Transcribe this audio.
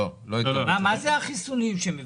זה החיסונים שהם מבקשים?